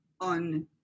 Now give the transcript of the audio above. on